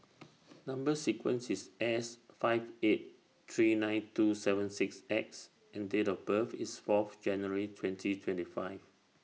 Number sequence IS S five eight three nine two seven six X and Date of birth IS Fourth January twenty twenty five